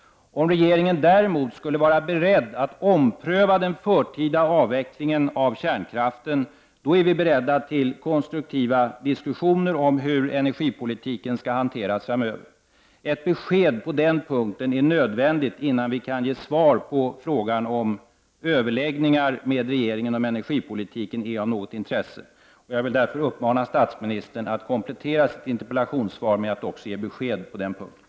Om regeringen däremot skulle vara beredd att ompröva den förtida avvecklingen av kärnkraften är vi beredda till konstruktiva diskussioner om hur energipolitiken skall hanteras framöver. Ett besked på den punkten är nödvändigt innan vi kan ge svar på frågan om överläggningar med regeringen om energipolitiken är av något intresse. Jag vill därför uppmana statsministern att komplettera sitt interpellationssvar med att också ge besked på den punkten.